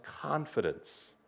confidence